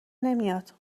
نمیاد